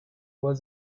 was